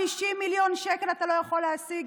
50 מיליון שקל אתה לא יכול להשיג?